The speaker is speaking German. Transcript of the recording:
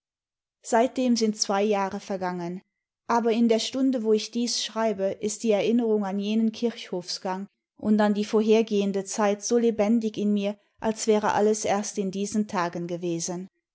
seitdem sind zwei jahre vergangen aber in der stimde wo ich dies schreibe ist die erinnerung an jenen kirchhofsgang und an die vorhergehende zeit so lebendig in mir als wäre alles erst in diesen tagen gewesen